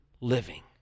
living